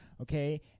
okay